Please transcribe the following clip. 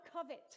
covet